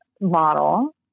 model